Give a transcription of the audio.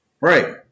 Right